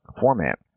format